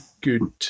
good